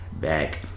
back